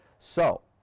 so,